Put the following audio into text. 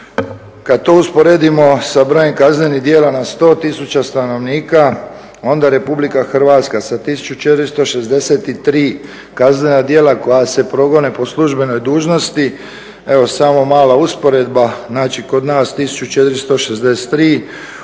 Kad to usporedimo sa brojem kaznenih djela na 100 tisuća stanovnika, onda RH sa 1463 kaznena djela koja se progone po službenoj dužnosti, evo samo mala usporedba, znači kod nas 1463,